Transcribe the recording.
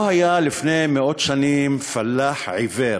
היה היה לפני מאות שנים פלאח עיוור